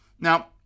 Now